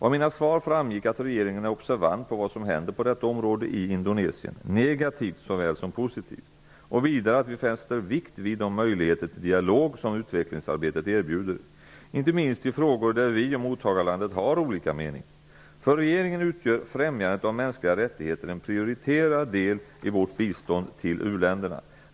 Av mina svar framgick att regeringen är observant på vad som händer på detta område i Indonesien -- negativt såväl som positivt -- och vidare att vi fäster vikt vid de möjligheter till dialog som utvecklingssamarbetet erbjuder, inte minst i frågor där vi och mottagarlandet har olika mening. För regeringen utgör främjandet av mänskliga rättigheter en prioriterad del i vårt bistånd till uländerna.